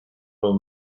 will